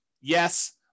Yes